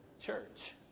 church